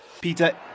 Peter